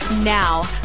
Now